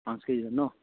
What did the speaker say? পাঁচ কেজিমান ন